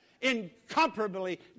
Incomparably